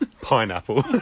pineapple